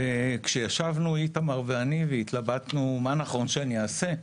כשישבנו איתמר ואני והתלבטנו מה נכון שאעשה,